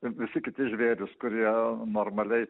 visi kiti žvėrys kurie normaliai